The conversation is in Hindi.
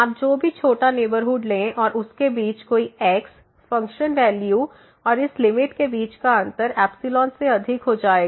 आप जो भी छोटा नेबरहुड लें और उसके बीच कोई x फंक्शन वैल्यू और इस लिमिट के बीच का अंतर से अधिक हो जाएगा